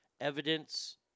evidence